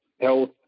health